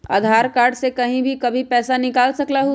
आधार card से कहीं भी कभी पईसा निकाल सकलहु ह?